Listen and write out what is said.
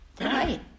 right